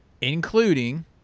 Including